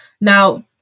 Now